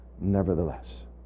nevertheless